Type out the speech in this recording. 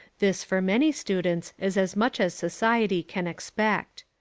this for many students is as much as society can expect.